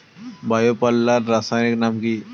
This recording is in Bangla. বায়ো পাল্লার রাসায়নিক নাম কি?